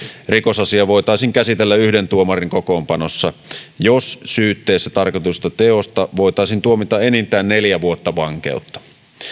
rikosasia voitaisiin käsitellä yhden tuomarin kokoonpanossa jos syytteessä tarkoitetusta teosta voitaisiin tuomita enintään neljä vuotta vankeutta